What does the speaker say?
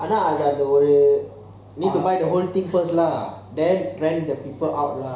அது அது ஒரு:athu athu oru buy your own thing first lah then trend the people out lah